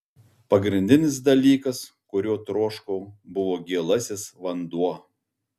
pagrindinis dalykas kurio troškau buvo gėlasis vanduo